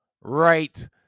right